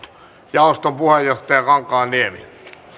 jaoston puheenjohtaja kankaanniemi